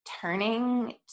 turning